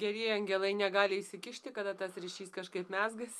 gerieji angelai negali įsikišti kada tas ryšys kažkaip mezgas